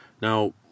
Now